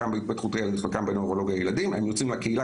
הוא צריך להיות זמין,